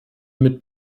mit